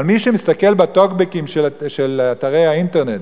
אבל מי שמסתכל בטוקבקים של אתרי האינטרנט,